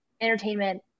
entertainment